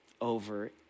over